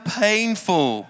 painful